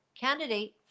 candidate